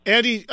Andy